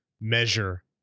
measure